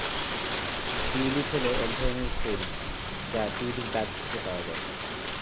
tulip হল এক ধরনের ফুল যা টিউলিপ গাছ থেকে পাওয়া যায়